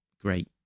great